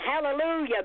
Hallelujah